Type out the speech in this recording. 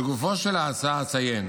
לגופה של ההצעה אציין